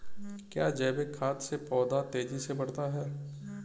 क्या जैविक खाद से पौधा तेजी से बढ़ता है?